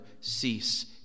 cease